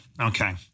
Okay